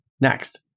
Next